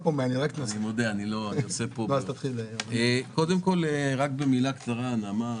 מבצעים אמיתיים, כמו מחיר מטרה.